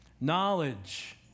knowledge